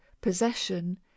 possession